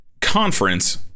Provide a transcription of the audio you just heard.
conference